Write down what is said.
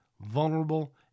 vulnerable